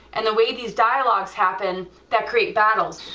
and the way these dialogues happen that create battles.